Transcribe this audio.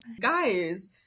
Guys